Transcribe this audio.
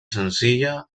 senzilla